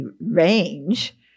range